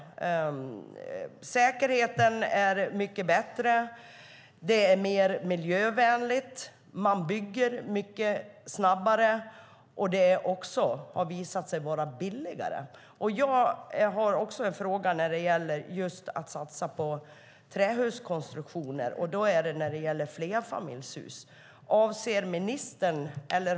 Säkerheten är bättre, och det är mer miljövänligt. Det går snabbare att bygga, och det har också visat sig vara billigare. Jag har en fråga om att satsa på trähuskonstruktioner i fråga om flerfamiljshus.